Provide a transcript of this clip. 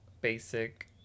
basic